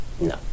no